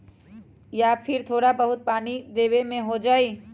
या फिर थोड़ा बहुत पानी देबे से हो जाइ?